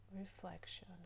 reflection